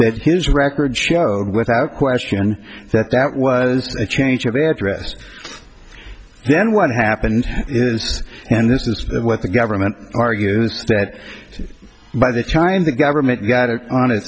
that his record showed without question that that was a change of address then what happened is and this is what the government argues that by the time the government got it on